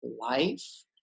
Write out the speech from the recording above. life